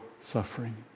suffering